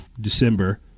December